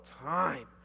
time